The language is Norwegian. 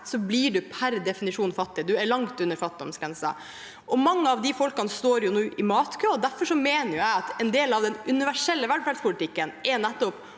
så blir man per definisjon fattig. Man er langt under fattigdomsgrensen. Mange av disse folkene står nå i matkø, og derfor mener jeg at en del av den universelle velferdspolitikken er nettopp